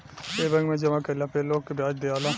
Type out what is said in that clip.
ए bank मे जामा कइला पे लोग के ब्याज दियाला